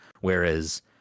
Whereas